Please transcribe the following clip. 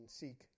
seek